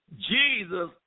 Jesus